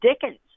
Dickens